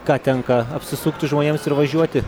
ką tenka apsisukti žmonėms ir važiuoti